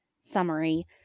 summary